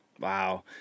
Wow